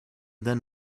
then